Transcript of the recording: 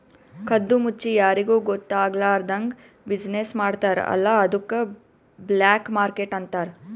ಕದ್ದು ಮುಚ್ಚಿ ಯಾರಿಗೂ ಗೊತ್ತ ಆಗ್ಲಾರ್ದಂಗ್ ಬಿಸಿನ್ನೆಸ್ ಮಾಡ್ತಾರ ಅಲ್ಲ ಅದ್ದುಕ್ ಬ್ಲ್ಯಾಕ್ ಮಾರ್ಕೆಟ್ ಅಂತಾರ್